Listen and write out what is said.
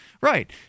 Right